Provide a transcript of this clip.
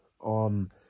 On